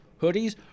hoodies